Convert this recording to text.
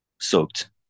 Soaked